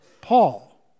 Paul